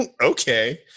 okay